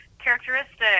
characteristic